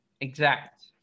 exact